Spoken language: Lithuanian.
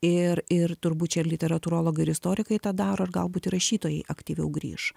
ir ir turbūt čia ir literatūrologai ir istorikai tą daro ir galbūt ir rašytojai aktyviau grįš